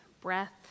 breath